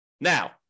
Now